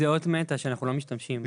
זו אות מתה שאנחנו לא משתמשים בה.